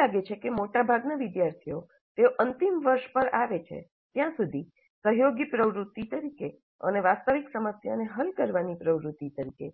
એવું લાગે છે કે મોટાભાગના વિદ્યાર્થીઓ તેઓ અંતિમ વર્ષ પર આવે છે ત્યાં સુધી સહયોગી પ્રવૃત્તિ તરીકે અને વાસ્તવિક સમસ્યાને હલ કરવાની પ્રવૃત્તિ તરીકે